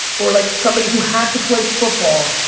or like somebody who had to play football,